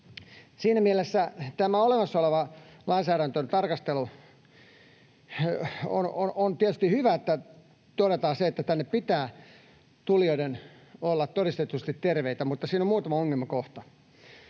Siinä mielessä tämä olemassa oleva lainsäädäntötarkastelu on tietysti hyvä, että todetaan se, että tänne tulijoiden pitää olla todistetusti terveitä, mutta siinä on muutama ongelmakohta.